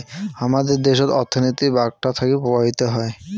হামাদের দ্যাশোত অর্থনীতি বাঁকটা থাকি প্রভাবিত হই